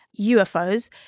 UFOs